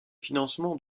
financements